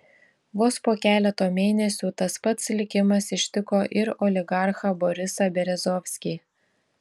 vos po keleto mėnesių tas pats likimas ištiko ir oligarchą borisą berezovskį